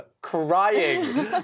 crying